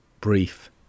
brief